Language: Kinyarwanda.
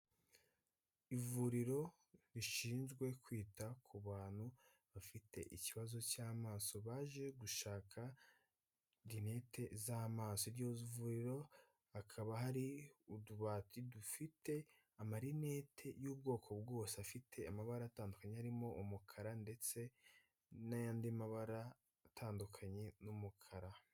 Ivuriro rishinzwe kwita ku bantu bafite ikibazo cy'amaso baje gushaka rinete z'amaso, iryo vuriro hakaba hari utubati dufite amarinete y'ubwoko bwose afite amabara atandukanye harimo umukara ndetse n'ayandi mabara atandukanye n'umukara.